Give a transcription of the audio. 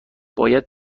باید